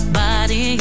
body